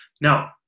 Now